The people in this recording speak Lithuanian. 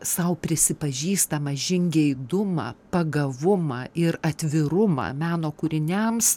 sau prisipažįstamą žingeidumą pagavumą ir atvirumą meno kūriniams